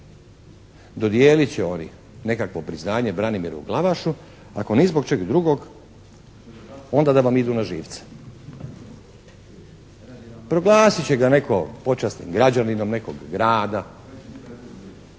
Dodijelit će oni nekakvo priznanje Branimiru Glavašu ako ni zbog čeg drugog onda da vam idu na živce. Proglasit će ga netko počasnim građaninom nekog grada,